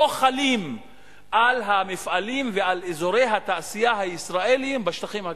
לא חלים על המפעלים ועל אזורי התעשייה הישראליים בשטחים הכבושים.